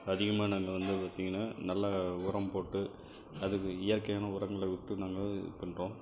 அதிகமாக நாங்கள் வந்து பார்த்தீங்கன்னா நல்லா உரம் போட்டு அதுக்கு இயற்கையான உரங்களை விட்டு நாங்கள் இது பண்ணுறோம்